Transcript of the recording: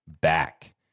back